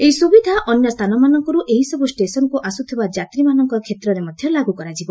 ଏହି ସୁବିଧା ଅନ୍ୟ ସ୍ଥାନମାନଙ୍କରୁ ଏହି ସବୁ ଷ୍ଟେସନ୍କୁ ଆସୁଥିବା ଯାତ୍ରୀମାନଙ୍କ କ୍ଷେତ୍ରରେ ମଧ୍ୟ ଳାଗୁ କରାଯିବ